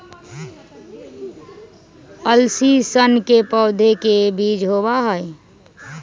अलसी सन के पौधे के बीज होबा हई